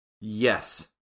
Yes